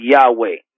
Yahweh